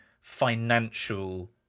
financial